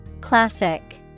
Classic